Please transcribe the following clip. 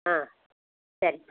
ஆ சரிங்கப்பா